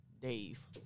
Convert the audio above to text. Dave